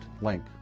link